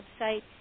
website